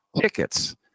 tickets